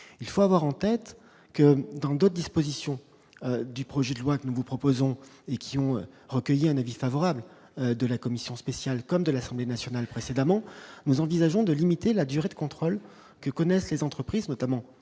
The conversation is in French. il faut avoir en tête que dans d'autres dispositions du projet de loi que nous vous proposons et qui ont recueilli un avis favorable de la commission spéciale comme de l'Assemblée nationale, précédemment, nous envisageons de limiter la durée de contrôle que connaissent les entreprises, notamment